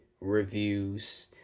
reviews